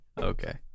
okay